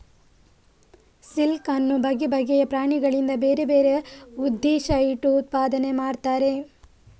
silk ಅನ್ನು ಬಗೆ ಬಗೆಯ ಪ್ರಾಣಿಗಳಿಂದ ಬೇರೆ ಬೇರೆ ಉದ್ದೇಶ ಇಟ್ಟು ಉತ್ಪಾದನೆ ಮಾಡ್ತಾರೆ